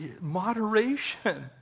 Moderation